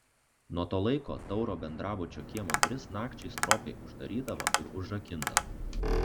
nuo to laiko tauro bendrabučio kiemo duris nakčiai stropiai uždarydavo ir užrakindavo